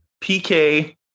PK